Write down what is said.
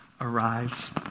arrives